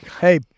Hey